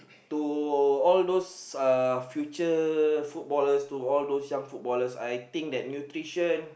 to all those uh future footballers to all those young footballers I think that nutrition